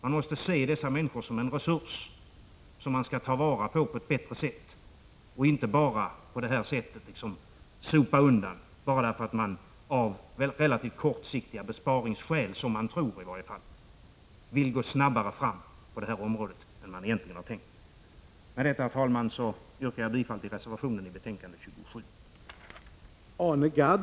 Man måste se dessa människor som en resurs som skall tas till vara på ett bättre sätt och inte bara sopas undan, därför att det av relativt kortsiktiga besparingsskäl — som man tror i varje fall — skall vara möjligt att gå snabbare fram på det här området än det ursprungligen var planerat. Med detta, herr talman, yrkar jag bifall till reservationen till betänkande 21: